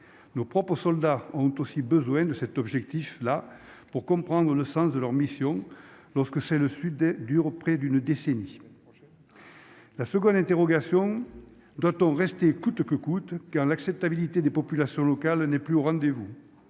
nos propres soldats ont aussi besoin de cet objectif-là pour comprendre le sens de leur mission, lorsque c'est le sud-est dure près d'une décennie, la seconde interrogation : doit-on rester coûte que coûte l'acceptabilité des populations locales n'est plus au rendez-vous,